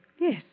Yes